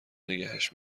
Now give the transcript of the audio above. نگهش